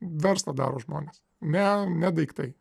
verslą daro žmonės ne ne daiktai